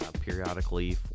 periodically